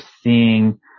seeing